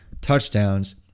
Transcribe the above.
touchdowns